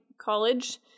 college